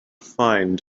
find